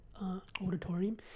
Auditorium